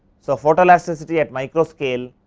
so, photo elasticity at micro scale,